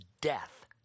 death